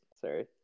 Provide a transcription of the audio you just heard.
Sorry